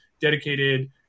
dedicated